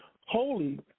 holy